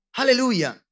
Hallelujah